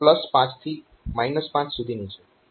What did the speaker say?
અહીં આ રેન્જ 5 થી 5 સુધીની છે